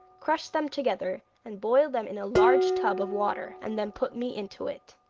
crush them together and boil them in a large tub of water, and then put me into it